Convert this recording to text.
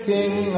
King